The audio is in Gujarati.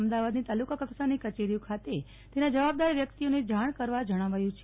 અમદાવાદની તાલુકા કક્ષાની કચેરીઓ ખાતે તેના જવાબદાર વ્યક્તિઓને જાણ કરવા જણાવાયું છે